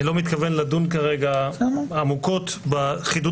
אני לא מתכוון לדון כרגע עמוקות בחידוד